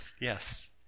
Yes